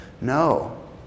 No